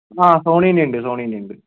ആ സോണീൻറ്റെ ഉണ്ട് സോണീൻറ്റെ ഉണ്ട്